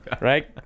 Right